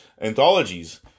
anthologies